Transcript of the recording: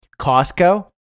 Costco